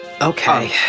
Okay